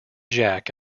jack